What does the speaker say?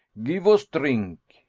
give us drink.